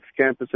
campuses